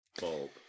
bulb